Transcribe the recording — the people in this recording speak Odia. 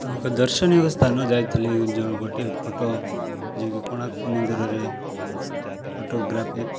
ମୁଁ ଏକ ଦର୍ଶନୀୟ ସ୍ଥାନ ଯାଇଥିଲି ଯେଉଁ ଗୋଟେ ଫଟୋ ଯିଏକି କୋଣାର୍କ ମନ୍ଦିରରେ ଫଟୋଗ୍ରାଫିକ୍